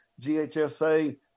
GHSA